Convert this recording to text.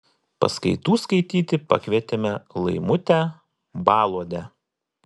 paskaitų skaityti pakvietėme laimutę baluodę